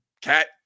cat